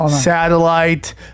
satellite